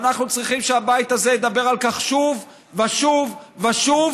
ואנחנו צריכים שהבית הזה ידבר על כך שוב ושוב ושוב,